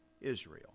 Israel